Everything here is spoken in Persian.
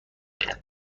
اید